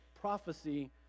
prophecy